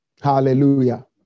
Hallelujah